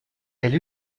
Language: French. elle